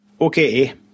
okay